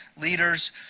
leaders